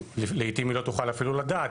לעתים היא לא תוכל אפילו לדעת,